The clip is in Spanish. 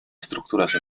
estructuras